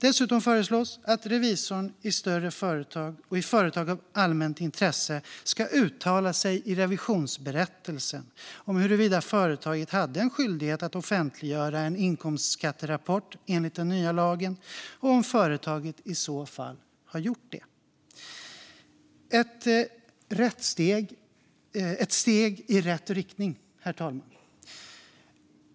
Dessutom föreslås att revisorn i större företag och i företag av allmänt intresse ska uttala sig i revisionsberättelsen om huruvida företaget hade en skyldighet att offentliggöra en inkomstskatterapport enligt den nya lagen och om företaget i så fall har gjort det. Det är ett steg i rätt riktning, herr talman.